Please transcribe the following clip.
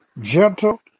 gentle